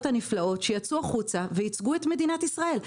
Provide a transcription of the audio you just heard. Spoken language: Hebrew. שיצאו החוצה וייצגו את מדינת ישראל.